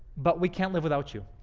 but we can't live without you.